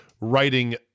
writing